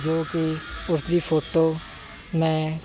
ਜੋ ਕਿ ਉਸ ਦੀ ਫੋਟੋ ਮੈਂ